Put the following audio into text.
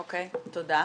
אוקיי, תודה.